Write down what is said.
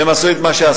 והם עשו את מה שעשו.